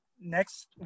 next